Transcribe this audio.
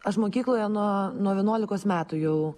aš mokykloje nuo nuo vienuolikos metų jau